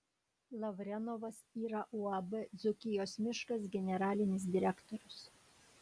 lavrenovas yra uab dzūkijos miškas generalinis direktorius